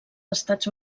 estats